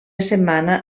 setmana